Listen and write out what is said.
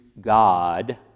God